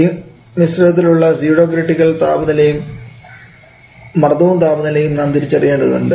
ഈ മിശ്രിതത്തിൽ ഉള്ള സ്യൂഡോ ക്രിറ്റിക്കൽ മർദവും താപനിലയും നാം തിരിച്ചറിയേണ്ടതുണ്ട്